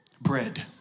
bread